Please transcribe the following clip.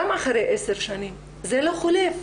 גם אחרי עשר שנים, זה לא חולף,